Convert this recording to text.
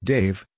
Dave